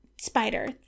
spider